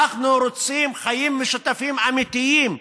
אנחנו רוצים חיים משותפים אמיתיים,